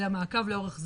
אלא מעקב לאורך זמן.